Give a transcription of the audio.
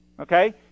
okay